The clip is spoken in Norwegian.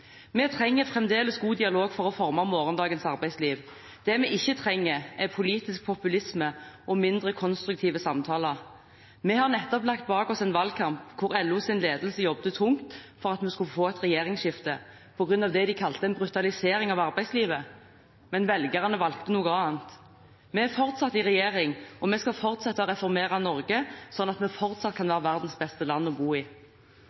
Vi trenger fremdeles god dialog for å forme morgendagens arbeidsliv. Det vi ikke trenger, er politisk populisme og mindre konstruktive samtaler. Vi har nettopp lagt bak oss en valgkamp hvor LOs ledelse jobbet tungt for at vi skulle få et regjeringsskifte på grunn av det de kalte en brutalisering av arbeidslivet. Men velgerne valgte noe annet. Vi er fortsatt i regjering, og vi skal fortsette å reformere Norge sånn at vi fortsatt kan være verdens beste land å bo i.